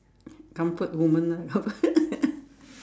comfort women lah